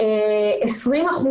30%